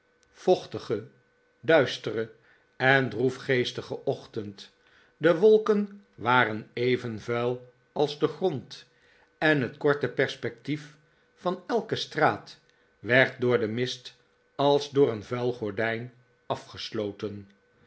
vochtige duistere en droefgeestige ochtend de wolken waren even vuil als de grond en het korte perspectief van elke straat werd door den mist als door een vuil gordijn afgesloten